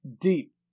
deep